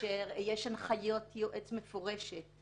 יש הנחיית יועץ מפורשת,